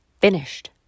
finished